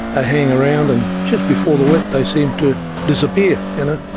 ah hang around and just before the wet, they seem to disappear, you know?